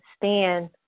stand